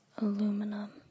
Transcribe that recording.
Aluminum